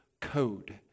code